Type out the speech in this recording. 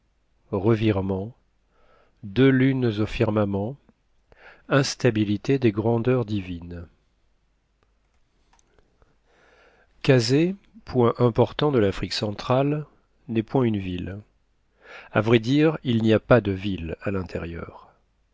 revirement deux lunes au firmament instabilité des grandeurs divine kazeh point important de l'afrique centrale n'est point une ville à vrai dire il n'y a pas de ville à l'intérieur